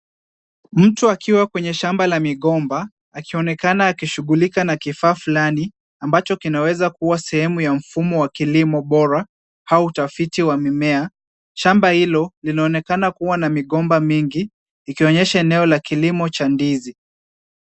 Mtu akiwa kwenye shamba la migomba akionekana akishughulika na kifaa fulani ambacho kinaweza kuwa sehemu ya kilimo bora au utafiti wa mimea. Shamba hilo linaonekana kuwa na migomba mingi ikionyesha eneo la kilimo cha ndizi.